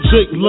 Jake